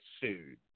sued